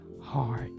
heart